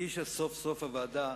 הגישה סוף-סוף הוועדה